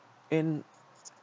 in